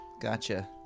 Gotcha